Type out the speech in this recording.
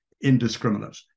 indiscriminate